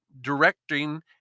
directing